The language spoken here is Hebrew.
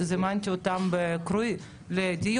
הגשתי הצעת חוק שהרשתה לגופי חו"ל להתעסק גם בבשר,